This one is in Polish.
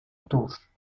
tuż